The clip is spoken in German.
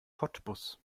cottbus